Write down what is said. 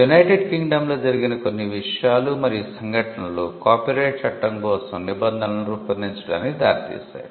United కింగ్డమ్లో జరిగిన కొన్ని విషయాలు మరియు సంఘటనలు కాపీరైట్ చట్టం కోసం నిబంధనలను రూపొందించడానికి దారితీశాయి